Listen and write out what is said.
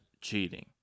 cheating